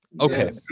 Okay